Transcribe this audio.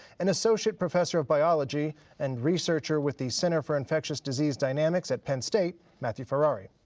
and associate professor of biology and researcher with the center for infectious disease dynamics at penn state, matthew ferrari.